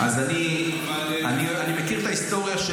אבל בסוף --- אני מכיר את ההיסטוריה,